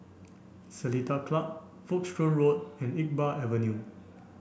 Seletar Club Folkestone Road and Iqbal Avenue